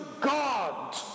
God